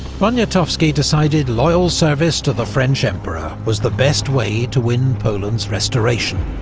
poniatowski decided loyal service to the french emperor was the best way to win poland's restoration,